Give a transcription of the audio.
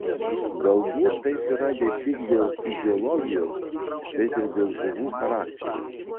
galbūt taip yra ne tik dėl fiziologijos bet ir dėl žuvų charakterio